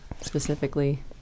specifically